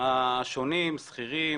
המגזרים השונים שכירים,